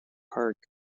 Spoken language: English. park